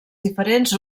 diferents